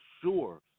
Sure